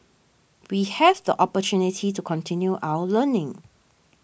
we have the opportunity to continue our learning